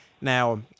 Now